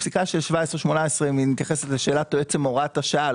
הפסיקה של 2017 ו-2018 מתייחסת לשאלת עצם הוראת השעה.